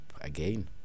again